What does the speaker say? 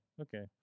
okay